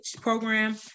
program